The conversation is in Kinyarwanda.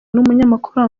n’umunyamakuru